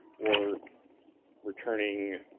or returning